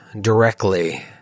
directly